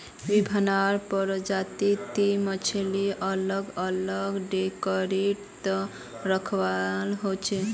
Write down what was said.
विभिन्न प्रजाति तीर मछली अलग अलग टोकरी त रखवा हो छे